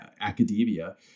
academia